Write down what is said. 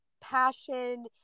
passion